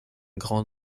grand